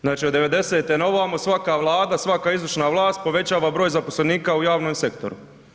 Znači od '90. naovamo svaka vlada, svaka izvršna vlast povećava broj zaposlenika u javnom sektoru.